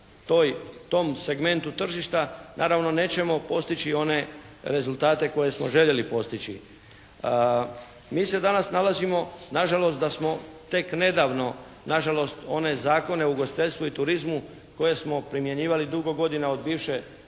tom segmentu tržišta naravno nećemo postići one rezultate koje smo željeli postići. Mi se danas nalazimo nažalost da smo tek nedavno nažalost one Zakone o ugostiteljstvu i turizmu koje smo primjenjivali dugo godina od bivše